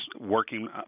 working